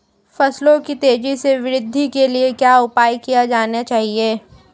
फसलों की तेज़ी से वृद्धि के लिए क्या उपाय किए जाने चाहिए?